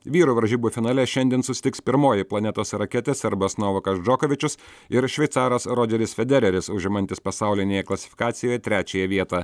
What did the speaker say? vyrų varžybų finale šiandien susitiks pirmoji planetos raketė serbas novakas džokovičius ir šveicaras rodžeris federeris užimantis pasaulinėje klasifikacijoje trečiąją vietą